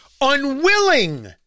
unwilling